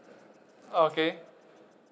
okay